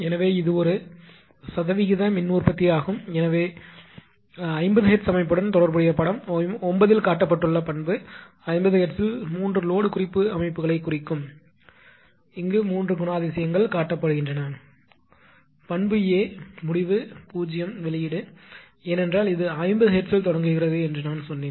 எனவே இது ஒரு சதவீத மின் உற்பத்தி ஆகும் அதாவது 50 ஹெர்ட்ஸ் அமைப்புடன் தொடர்புடைய படம் 9 இல் காட்டப்பட்டுள்ள பண்பு 50 ஹெர்ட்ஸில் 3 லோடு குறிப்பு அமைப்புகளைக் குறிக்கும் மூன்று குணாதிசயங்கள் காட்டப்படுகின்றன பண்பு A முடிவு 0 வெளியீடு ஏனென்றால் இது 50 ஹெர்ட்ஸில் தொடங்குகிறது என்று நான் சொன்னேன்